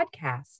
podcast